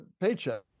paycheck